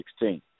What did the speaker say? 2016